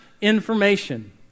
information